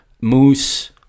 moose